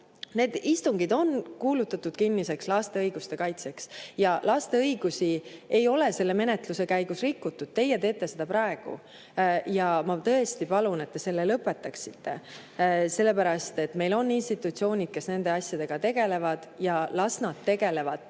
Need istungid on kuulutatud kinniseks laste õiguste kaitseks ja laste õigusi ei ole selle menetluse käigus rikutud. Teie teete seda praegu. Ma tõesti palun, et te selle lõpetaksite. Meil on institutsioonid, kes nende asjadega tegelevad, ja las nad tegelevad.